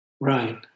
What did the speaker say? Right